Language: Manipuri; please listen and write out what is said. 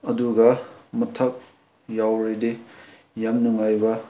ꯑꯗꯨꯒ ꯃꯊꯛ ꯌꯥꯎꯔꯗꯤ ꯌꯥꯝ ꯅꯨꯡꯉꯥꯏꯕ